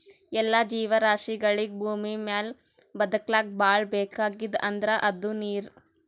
ಎಲ್ಲಾ ಜೀವರಾಶಿಗಳಿಗ್ ಭೂಮಿಮ್ಯಾಲ್ ಬದಕ್ಲಕ್ ಭಾಳ್ ಬೇಕಾಗಿದ್ದ್ ಅಂದ್ರ ಅದು ನೀರ್